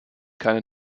keine